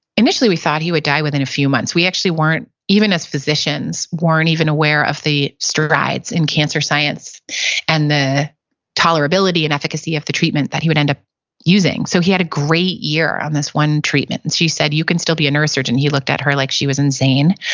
initially, we thought he would die within a few months. we actually, even as physicians, weren't even aware of the strides in cancer science and the tolerability and efficacy of the treatment that he would end up using, so he had a great year on this one treatment. and she said, you can still be a neurosurgeon. he looked at her like she was insane,